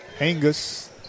Angus